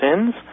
sins